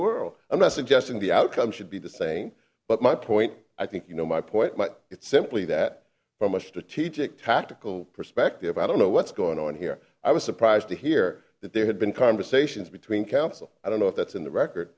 world i'm not suggesting the outcome should be the saying but my point i think you know my point but it's simply that from a strategic tactical perspective i don't know what's going on here i was surprised to hear that there had been conversations between counsel i don't know if that's in the record